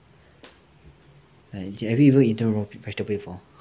like have you ever eaten raw vegetables before